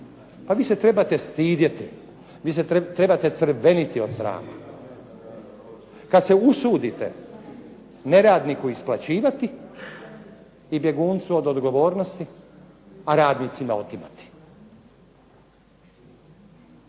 Svi se trebate stidjeti, vi se trebate crvenjeti od srama. Kada se usudite neradniku isplaćivati, i bjeguncu od odgovornosti, a radnicima uzimati.